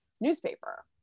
newspaper